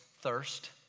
thirst